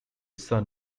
son